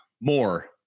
more